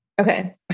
Okay